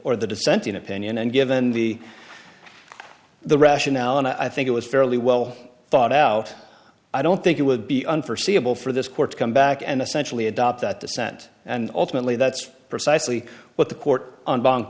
or the dissenting opinion and given the the rationale and i think it was fairly well thought out i don't think it would be an forseeable for this court to come back and essentially adopt that dissent and ultimately that's precisely what the court and bank